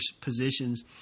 positions